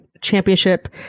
Championship